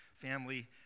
family